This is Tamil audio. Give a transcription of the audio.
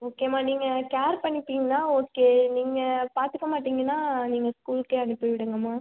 ஓகேம்மா நீங்கள் கேர் பண்ணிப்பீங்கன்னா ஓகே நீங்கள் பார்த்துக்க மாட்டீங்கன்னா நீங்கள் ஸ்கூலுக்கே அனுப்பி விடுங்கம்மா